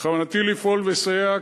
בכוונתי לפעול ולסייע,